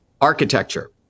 architecture